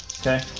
Okay